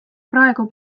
praegu